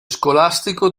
scolastico